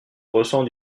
ressent